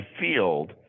field